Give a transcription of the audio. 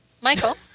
Michael